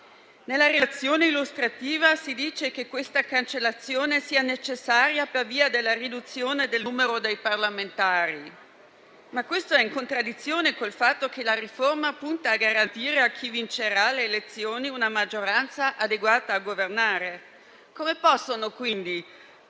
Nella relazione illustrativa si dice che questa cancellazione sia necessaria per via della riduzione del numero dei parlamentari. Questo è però in contraddizione con il fatto che la riforma punta a garantire a chi vincerà le elezioni una maggioranza adeguata a governare. Come possono quindi